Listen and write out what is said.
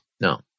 No